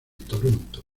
toronto